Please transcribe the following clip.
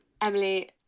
Emily